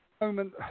moment